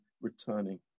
returning